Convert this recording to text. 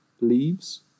leaves